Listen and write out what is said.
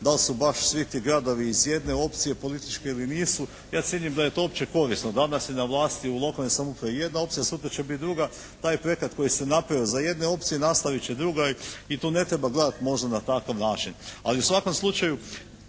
da li su baš svi ti gradovi iz jedne opcije političke ili nisu. Ja cijenim da je to opće korisno. Danas je na vlasti u lokalnoj samoupravu jedna opcija, sutra će biti druga. Taj projekat koji se je napravio za jedne opcije nastavit će druga. I tu ne treba gledati možda na takav način. Ali u svakom slučaju